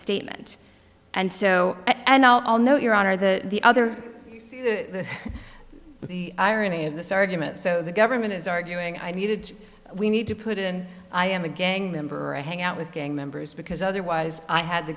statement and so and i'll note your honor the the other the irony of this argument so the government is arguing i needed we need to put in i am a gang member i hang out with gang members because otherwise i had the